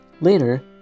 Later